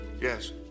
Yes